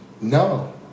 No